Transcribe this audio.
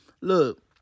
Look